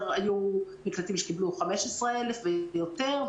היו מקלטים שקיבלו 15,000 ויותר,